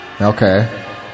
Okay